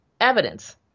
evidence